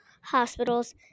hospitals